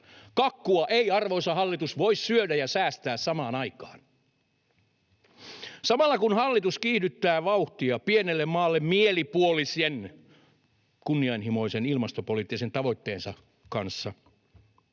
Kakkua ei, arvoisa hallitus, voi syödä ja säästää samaan aikaan. Samalla kun hallitus kiihdyttää vauhtia pienelle maalle mielipuolisen kunnianhimoisen ilmastopoliittisen tavoitteensa kanssa,